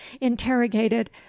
interrogated